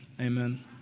Amen